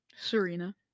Serena